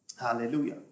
Hallelujah